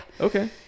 okay